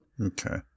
Okay